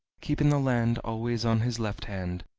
keeping the land always on his left hand,